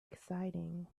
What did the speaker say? exciting